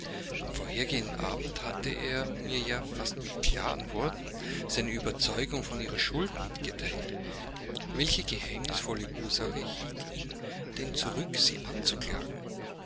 am vorhergehenden abend hatte er mir ja fast mit klaren worten seine überzeugung von ihrer schuld mitgeteilt welche geheimnisvolle ursache hielt ihn denn zurück sie anzuklagen